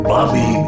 Bobby